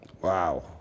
Wow